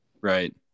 Right